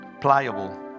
pliable